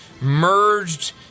merged